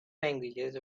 languages